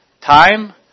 time